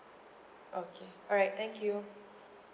okay alright thank you